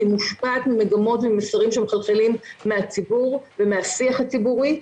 היא מושפעת ממגמות ומסרים שמחלחלים מהציבור ומהשיח הלאומי,